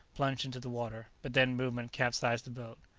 plunged into the water, but then movement capsized the boat.